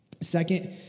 Second